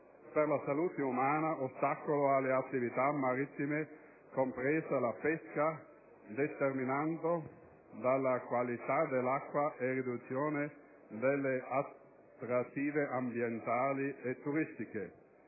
per la salute umana, ostacolo alle attività marittime compresa la pesca, deterioramento della qualità dell'acqua e riduzione delle attrattive ambientali e turistiche.